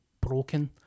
broken